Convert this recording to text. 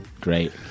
Great